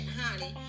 honey